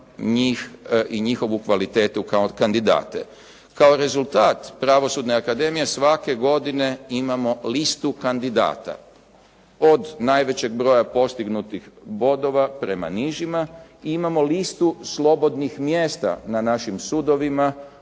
i njihovu kvalitetu kao kandidate. Kao rezultat Pravosudne akademije svake godine imamo listu kandidata. Od najvećeg broja postignutih bodova prema nižima i imamo listu slobodnih mjesta na našim sudovima,